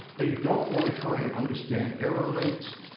they don't want to try and understand error rates.